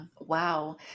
Wow